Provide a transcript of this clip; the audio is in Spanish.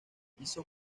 hizo